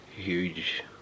huge